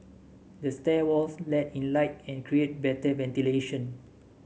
the stair walls let in light and create better ventilation